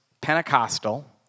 Pentecostal